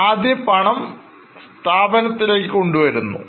ആദ്യം പണം സ്ഥാപനത്തിലേക്ക് കൊണ്ടുവരുന്നു